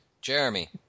Jeremy